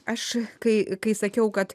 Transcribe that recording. aš kai kai sakiau kad